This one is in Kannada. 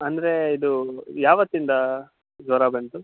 ಅಂದರೆ ಇದು ಯಾವತ್ತಿಂದ ಜ್ವರ ಬಂತು